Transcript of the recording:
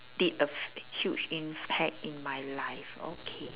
did a f~ huge impact in my life okay